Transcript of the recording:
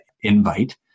invite